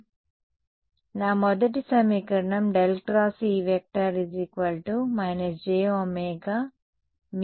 కాబట్టి నా మొదటి సమీకరణం ∇× E − j ωμH